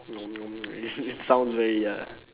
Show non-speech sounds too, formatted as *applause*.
*noise* *laughs* it sounds very ya